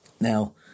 Now